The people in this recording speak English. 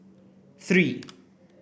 three